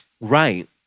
Right